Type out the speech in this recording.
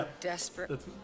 desperate